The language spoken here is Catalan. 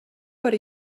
per